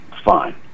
fine